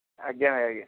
ଆଜ୍ଞା ଭାଇ ଆଜ୍ଞା